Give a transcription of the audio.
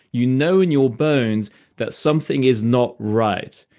you know in your bones that something is not right.